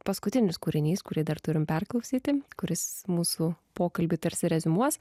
paskutinis kūrinys kurį dar turim perklausyti kuris mūsų pokalbį tarsi reziumuos